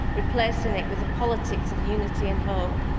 replacing it with the politics of unity and hope.